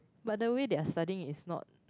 but the way they're studying is not